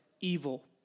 evil